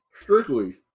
strictly